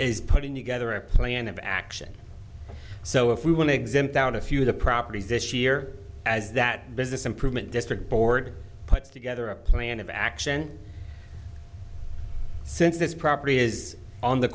is putting together a plan of action so if we want to exempt out a few of the properties this year as that business improvement district board puts together a plan of action since this property is on the